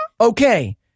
Okay